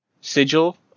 sigil